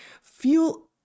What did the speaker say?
feel